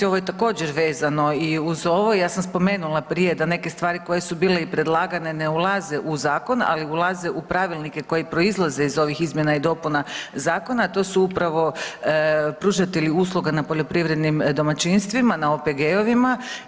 Ovo je također vezano i uz ovo, ja sam spomenula prije da neke stvari koje su bile predlagane ne ulaze u zakon, ali ulaze u pravilnike koji proizlaze iz ovih izmjena i dopuna zakona, to su upravo pružatelji usluga na poljoprivrednim domaćinstvima na OPG-ovima.